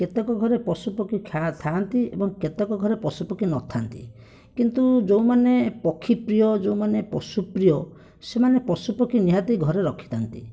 କେତେକ ଘରେ ପଶୁପକ୍ଷୀ ଥାଆନ୍ତି ଏବଂ କେତେକ ଘରେ ପଶୁପକ୍ଷୀ ନ ଥାଆନ୍ତି କିନ୍ତୁ ଯେଉଁମାନେ ପକ୍ଷୀ ପ୍ରିୟ ଯେଉଁମାନେ ପଶୁ ପ୍ରିୟ ସେମାନେ ପଶୁପକ୍ଷୀ ନିହାତି ଘରେ ରଖିଥାନ୍ତି